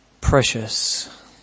precious